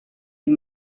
die